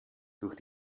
durch